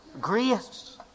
grace